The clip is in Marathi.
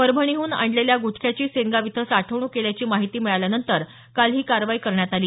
परभणीहून आणलेल्या गुटख्याची सेनगाव इथं साठवणूक केल्याची माहिती मिळाल्यानंतर काल ही कारवाई करण्यात आली